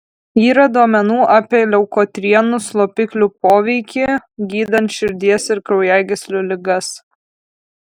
yra duomenų apie leukotrienų slopiklių poveikį gydant širdies ir kraujagyslių ligas